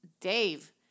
Dave